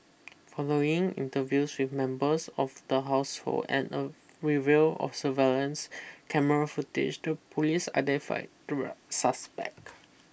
following interviews with members of the household and a review of surveillance camera footage to police identified suspect